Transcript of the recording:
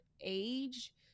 age